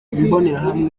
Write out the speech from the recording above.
imbonerahamwe